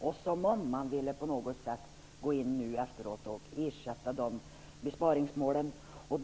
Det verkar som om de nu efteråt vill gå in och ersätta besparingsmålen.